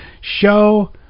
show